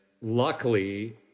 luckily